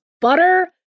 butter